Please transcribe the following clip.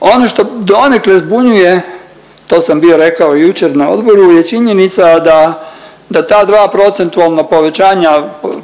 Ono što donekle zbunjuje to sam bio rekao i jučer na odboru je činjenica da, da ta dva procentualna povećanja,